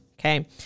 Okay